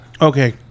Okay